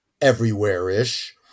everywhere-ish